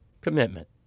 commitment